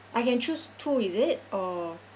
I can choose two is it or